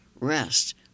rest